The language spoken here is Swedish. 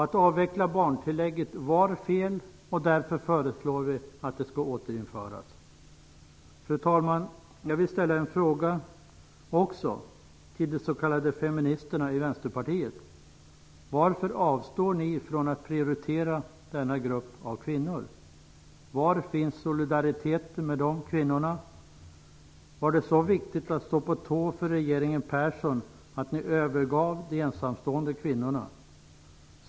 Att avveckla barntillägget var fel, och därför föreslår vi att det skall återinföras. Fru talman! Jag vill också ställa en fråga till de s.k. feministerna i Vänsterpartiet. Varför avstår ni från att prioritera denna grupp av kvinnor? Var finns solidariteten med de kvinnorna? Var det så viktigt att stå på tå för regeringen Persson att ni övergav de ensamstående kvinnorna?